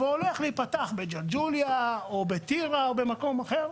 ועתיד להיפתח בג׳לג׳וליה או במקום אחר,